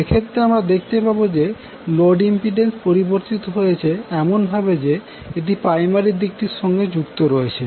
এক্ষেত্রে আমরা দেখতে পাবো যে লোড ইম্পিড্যান্স পরিবর্তিত হয়েছে এমন ভাবে যে এটি প্রাইমারি দিকটির সঙ্গে যুক্ত রয়েছে